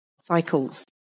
cycles